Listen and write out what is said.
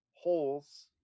Holes